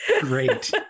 great